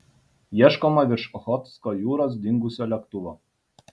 ieškoma virš ochotsko jūros dingusio lėktuvo